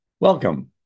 Welcome